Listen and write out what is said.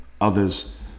others